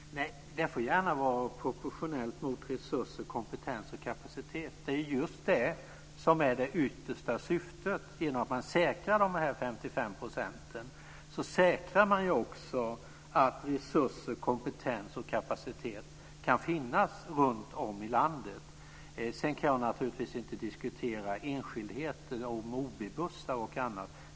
Fru talman! Det får gärna vara proportionellt mot resurser, kompetens och kapacitet. Det är just det som är det yttersta syftet. Genom att man säkrar de 55 % säkrar man också att resurser, kompetens och kapacitet kan finnas runtom i landet. Jag kan naturligtvis inte diskutera enskildheter om OB-bussar och annat.